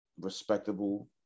respectable